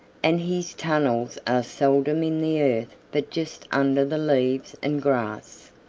and his tunnels are seldom in the earth but just under the leaves and grass.